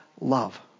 love